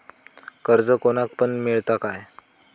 कर्ज कोणाक पण मेलता काय?